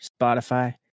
Spotify